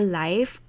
life